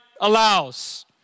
allows